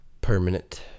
permanent